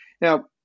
Now